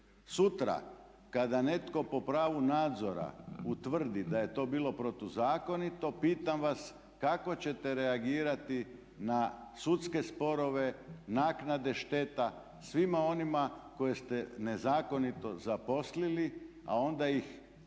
Sutra kada netko po pravu nadzora utvrdi da je to bilo protuzakonito pitam vas kako ćete reagirati na sudske sporove, naknade šteta svima onima koje ste nezakonito zaposlili a onda ih raspoređivali